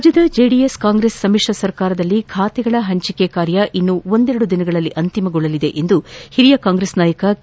ರಾಜ್ಯದ ಜೆಡಿಎಸ್ ಕಾಂಗ್ರೆಸ್ ಸಮಿತ್ರ ಸರ್ಕಾರದಲ್ಲಿ ಖಾತೆಗಳ ಹಂಚಿಕೆ ಕಾರ್ಯ ಇನ್ನು ಒಂದೆರಡು ದಿನಗಳಲ್ಲಿ ಅಂತಿಮಗೊಳ್ಳಲಿದೆ ಎಂದು ಹಿರಿಯ ಕಾಂಗ್ರೆಸ್ ನಾಯಕ ಕೆ